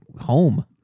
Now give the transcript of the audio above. home